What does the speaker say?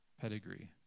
pedigree